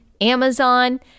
Amazon